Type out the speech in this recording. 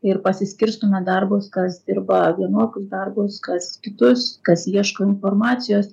ir pasiskirstome darbus kas dirba vienokius darbus kas kitus kas ieško informacijos